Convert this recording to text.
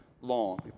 long